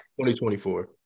2024